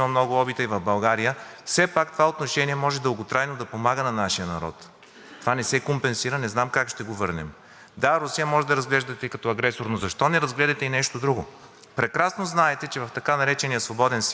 Да, Русия може да разглеждате като агресор. Защо не разгледате и нещо друго? Прекрасно знаете, че в така наречения свободен свят управляват корпорации, а не държави. Между другото, ние сме напът да станем по същия начин уж свободни.